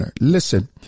Listen